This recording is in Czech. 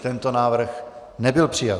Tento návrh nebyl přijat.